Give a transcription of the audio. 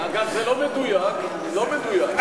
אגב, זה לא מדויק, לא מדויק.